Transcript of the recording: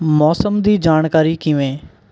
ਮੌਸਮ ਦੀ ਜਾਣਕਾਰੀ ਕਿਵੇਂ